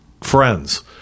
friends